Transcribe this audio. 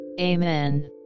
amen